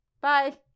bye